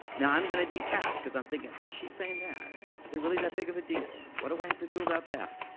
now i'm gonna detach because i'm thinking, why is she saying that? and is it really that big of a deal? and what do i have to do about that?